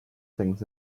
things